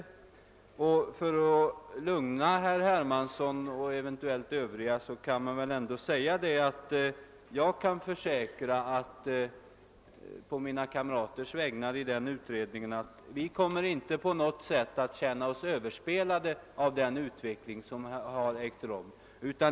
Jag vill lugna herr Hermansson och eventuellt andra med att å mina egna och mina kamraters i utredningen vägnar försäkra att vi inte på något sätt kommer att känna oss överspelade av den utveckling som har ägt rum.